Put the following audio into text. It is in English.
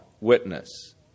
witness